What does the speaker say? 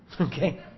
Okay